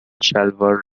شلوار